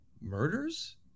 murders